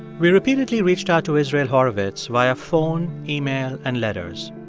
we repeatedly reached out to israel horovitz via phone, email and letters.